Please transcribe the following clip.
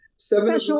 Seven